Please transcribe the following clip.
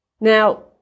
Now